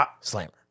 Slammer